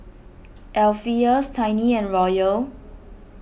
Alpheus Tiny and Royal